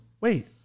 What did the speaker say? Wait